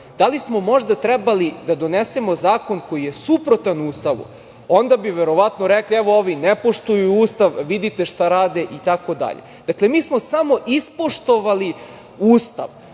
Da li smo možda trebali da donesemo zakon koji je suprotan Ustavu? Onda bi verovatno rekli - evo, ovi ne poštuju Ustav, vidite šta rade itd. Dakle, mi smo samo ispoštovali Ustav,